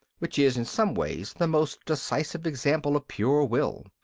which is in some ways the most decisive example of pure will.